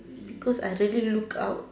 because I really looked out